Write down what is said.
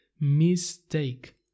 MISTAKE